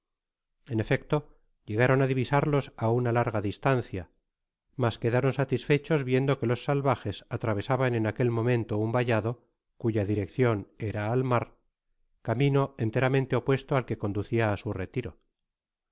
en efecto llegaron a divisarlos á una larga distancia mas quedaron satisfechos viendo que ios salvajes atravesaban en aquel momento un vallado cuya direccion era al mar camino enteramente opuesto al que couducia á su retiro